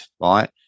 right